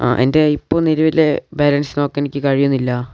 ആ എൻ്റെ ഇപ്പം നിലവിലെ ബാലൻസ് നോക്കാൻ എനിക്ക് കഴിയുന്നില്ല